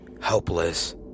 Helpless